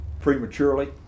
prematurely